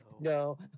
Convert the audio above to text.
no